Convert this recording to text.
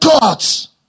gods